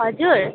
हजुर